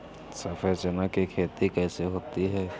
सफेद चना की खेती कैसे होती है?